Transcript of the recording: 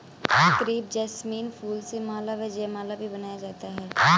crepe jasmine फूल से माला व जयमाला भी बनाया जाता है